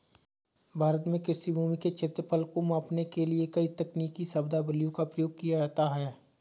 भारत में कृषि भूमि के क्षेत्रफल को मापने के लिए कई तकनीकी शब्दावलियों का प्रयोग किया जाता है